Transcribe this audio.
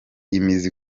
imizi